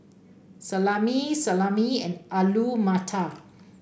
Salami Salami and Alu Matar